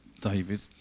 David